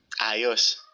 Ayos